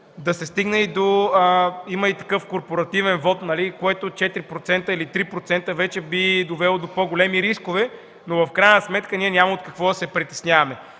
да се стигне, има и такъв корпоративен вот – 4% или 3% вече би довело до по-големи рискове, но в крайна сметка няма от какво да се притесняваме.